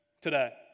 today